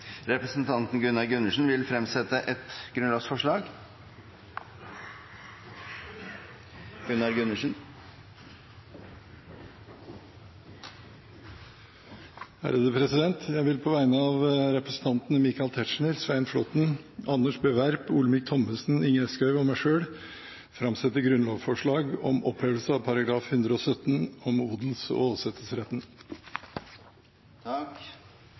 Representanten Gunnar Gundersen vil fremsette et grunnlovsforslag. Jeg vil på vegne av representantene Michael Tetzschner, Svein Flåtten, Anders B. Werp, Olemic Thommessen, Ingjerd Schou og meg selv framsette grunnlovsforslag om opphevelse av § 117, om odels- og åsetesretten.